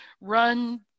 run